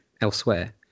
elsewhere